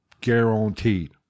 Guaranteed